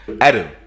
Adam